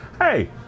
hey